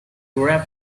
rap